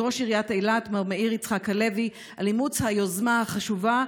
ראש עיריית אילת מר מאיר יצחק הלוי על אימוץ היוזמה החשובה,